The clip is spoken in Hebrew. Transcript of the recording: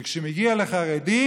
וכשזה מגיע לחרדים,